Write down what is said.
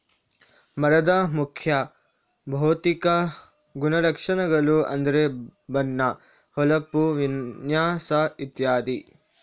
ಮರದ ಮುಖ್ಯ ಭೌತಿಕ ಗುಣಲಕ್ಷಣಗಳು ಅಂದ್ರೆ ಬಣ್ಣ, ಹೊಳಪು, ವಿನ್ಯಾಸ ಇತ್ಯಾದಿ